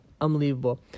unbelievable